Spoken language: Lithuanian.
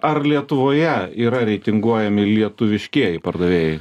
ar lietuvoje yra reitinguojami lietuviškieji pardavėjai